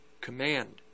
command